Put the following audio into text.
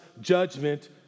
judgment